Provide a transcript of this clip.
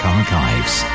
archives